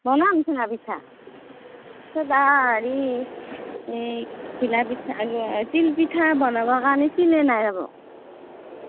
বনাম চুঙা পিঠা পাছত হেৰি এই ঘিলা পিঠা তিল পিঠা বনাবৰ কাৰণে তিলে নাই ৰ'ব